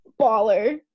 Baller